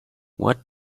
what